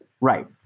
Right